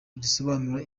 risobanura